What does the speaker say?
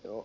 joo